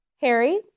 Harry